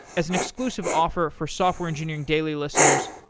as an inclusive offer for software engineering daily listeners,